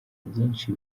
byinshi